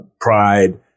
pride